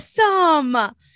awesome